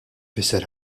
jfisser